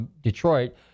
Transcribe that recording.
Detroit